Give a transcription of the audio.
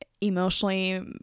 emotionally